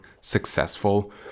successful